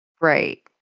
right